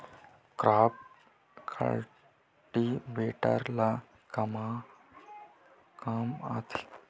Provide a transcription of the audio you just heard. Crop cultivator ला कमा काम आथे?